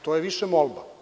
To je više molba.